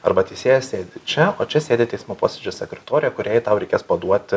arba atsisėsti čia o čia sėdi teismo posėdžio sekretorė kuriai tau reikės paduoti